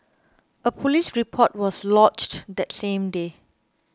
a police report was lodged that same day